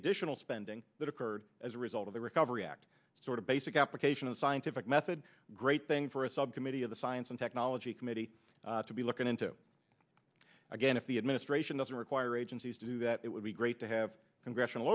additional spending that occurred as a result of the recovery act sort of basic application of scientific method great thing for a subcommittee of the science and technology committee to be looking into again if the administration doesn't require agencies to do that it would be great to have congressional